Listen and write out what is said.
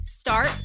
Start